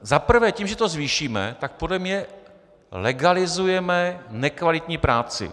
Za prvé tím, že to zvýšíme, tak podle mě legalizujeme nekvalitní práci.